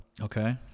Okay